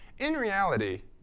in reality,